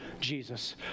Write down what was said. Jesus